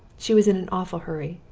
she was in an awful hurry.